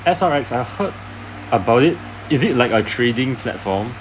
that's what I I heard about it is it like a trading platform